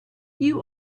you